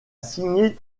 signé